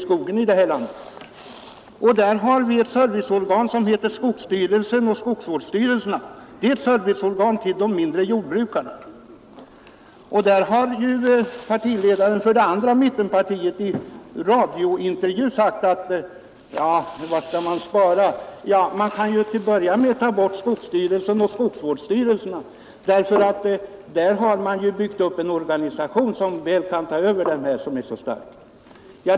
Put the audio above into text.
För de mindre jordbrukarna har vi serviceorgan som heter skogsstyrelsen och skogsvårdsstyrelserna. Ledaren för det andra mittpartiet har i radiointervju, när han blev tillfrågad om var man skall spara, sagt: Man kan ju till att börja med ta bort skogsstyrelsen och skogsvårdsstyrelserna, för där har man byggt upp en stark organisation som kan ta över verksamheten.